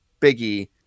biggie